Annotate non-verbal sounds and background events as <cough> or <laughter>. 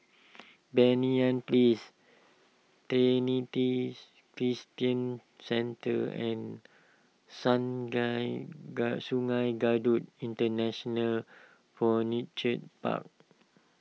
Banyan Place Trinity Christian Centre and Sungei <unintelligible> Kadut International Furniture Park